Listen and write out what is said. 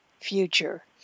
future